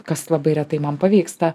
kas labai retai man pavyksta